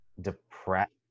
depressed